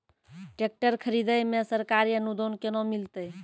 Tractor खरीदै मे सरकारी अनुदान केना मिलतै?